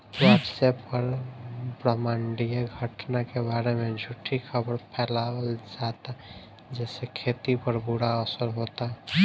WhatsApp पर ब्रह्माण्डीय घटना के बारे में झूठी खबर फैलावल जाता जेसे खेती पर बुरा असर होता